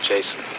Jason